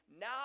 Now